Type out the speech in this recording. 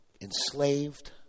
enslaved